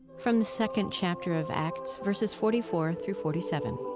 from the second chapter of acts, verses forty four through forty seven